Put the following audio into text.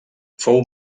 fou